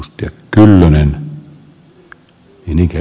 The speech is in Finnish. keinot tarvitaan myös